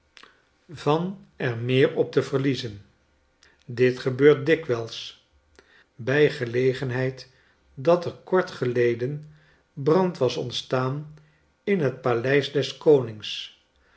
van er meer op te verliezen dit gebeurt dikwijls bij gelegenheid dat er kort geleden brand was ontstaan in het paleis deskonings